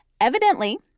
Evidently